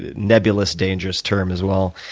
ah nebulous, dangerous term as well.